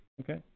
Okay